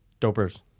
Dopers